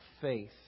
faith